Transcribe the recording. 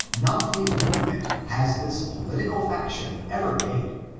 not a movement has this political faction ever made,